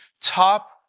top